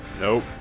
Nope